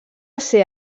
ser